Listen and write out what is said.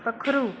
पक्खरू